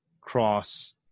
Cross